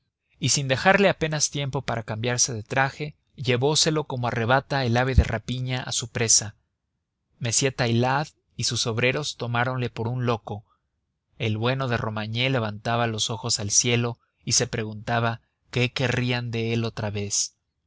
y sin dejarle apenas tiempo para cambiarse de traje llevóselo como arrebata el ave de rapiña a su presa m taillade y sus obreros tomáronle por un loco el bueno de romagné levantaba los ojos al cielo y se preguntaba qué querrían de él otra vez